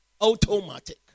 Automatic